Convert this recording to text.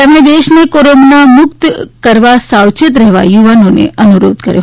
તેમણે દેશને કોરોના મુકત કરવા સાવચેત રહેવાનો યુવાનોને અનુરોધ કર્યો